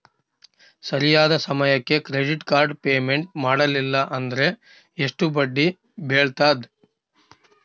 ಸರಿಯಾದ ಸಮಯಕ್ಕೆ credit card payment ಮಾಡಲಿಲ್ಲ ಅಂದ್ರೆ ಎಷ್ಟು ಬಡ್ಡಿ ಬೇಳ್ತದ?